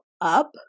up